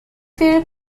phil